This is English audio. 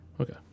Okay